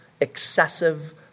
excessive